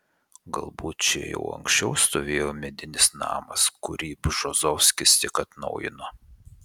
galbūt čia jau anksčiau stovėjo medinis namas kurį bžozovskis tik atnaujino